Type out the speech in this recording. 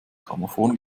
grammophon